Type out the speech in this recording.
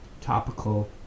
topical